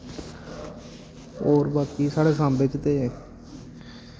होर बाकी साढ़े साम्बे च ते